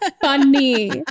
funny